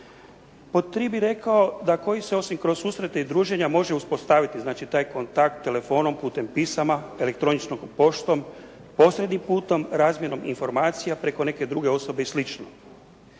Pod tri bih rekao da koji se osim kroz susrete i druženja može uspostaviti, znači taj kontakt telefonom, putem pisama, elektroničnom poštom, posrednim putem, razmjenom informacija preko neke druge osobe i